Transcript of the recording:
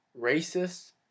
racist